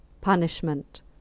punishment